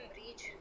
reach